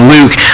Luke